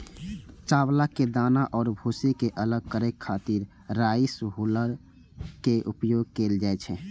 चावलक दाना आ भूसी कें अलग करै खातिर राइस हुल्लर के उपयोग कैल जाइ छै